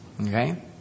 Okay